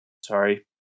Sorry